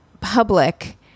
public